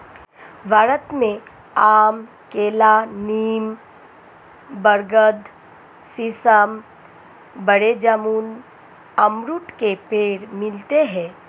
भारत में आम केला नीम बरगद सीसम बेर जामुन अमरुद के पेड़ मिलते है